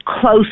close